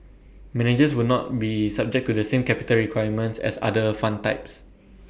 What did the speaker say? managers will not be subject to the same capital requirements as other fund types